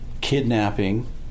kidnapping